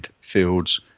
fields